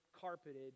carpeted